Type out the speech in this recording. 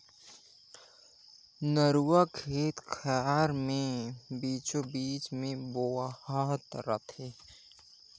नरूवा खेत खायर के बीचों बीच मे बोहात रथे